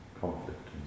conflict